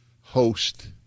host